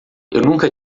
nunca